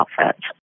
outfits